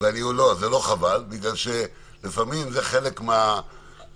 זה לא חבל כי לפעמים זה חלק מהאינסנטיב